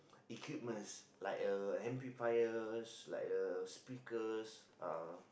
equipments like uh amplifiers like uh speakers uh